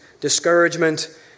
discouragement